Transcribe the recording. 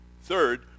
third